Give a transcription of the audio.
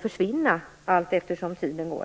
försvinner allteftersom tiden går?